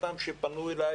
כאלה שפנוי אליי,